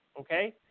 Okay